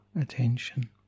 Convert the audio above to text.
attention